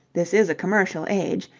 this is a commercial age,